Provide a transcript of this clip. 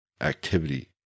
activity